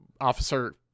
Officer –